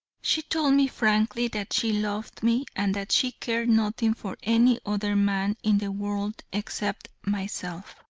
she told me frankly that she loved me and that she cared nothing for any other man in the world except myself,